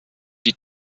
die